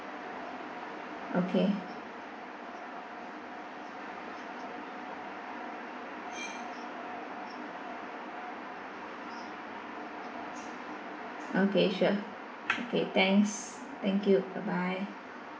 okay okay sure okay thanks thank you bye bye